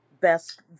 best